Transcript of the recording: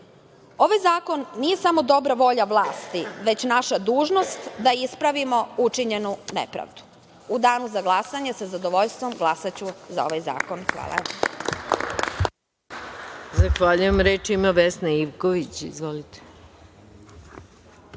zakon nije samo dobra volja vlasti, već naša dužnost da ispravimo učinjenu nepravdu. U danu za glasanje, sa zadovoljstvom, glasaću za ovaj zakon. Hvala.